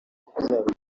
kubyara